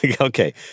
okay